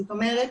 זאת אומרת,